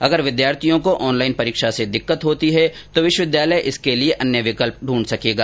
अगर विद्यार्थियों को ऑनलाइन परीक्षा से दिक्कत होती है तो विश्वविद्यालय इसके लिए अन्य विकल्प ढूंढ सकेगा